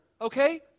okay